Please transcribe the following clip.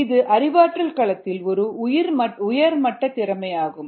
இது அறிவாற்றல் களத்தில் ஒரு உயர்மட்ட திறமையாகும்